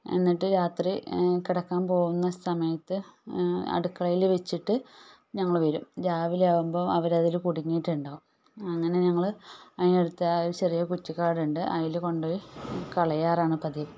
എന്നിട്ട് രാത്രി കിടക്കാൻ പോകുന്ന സമയത്ത് അടുക്കളയിൽ വെച്ചിട്ട് ഞങ്ങൾ വരും രാവിലെ ആകുമ്പോൾ അവരതിൽ കുടുങ്ങിയിട്ടുണ്ടാകും അങ്ങനെ ഞങ്ങൾ അതിനെ എടുത്ത് ആ ചെറിയ കുറ്റിക്കാടുണ്ട് അതിൽ കൊണ്ടുപോയി കളയാറാണ് പതിവ്